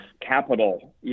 capital